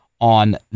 on